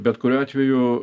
bet kuriuo atveju